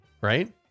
right